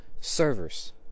servers